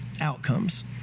outcomes